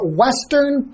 western